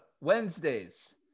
Wednesdays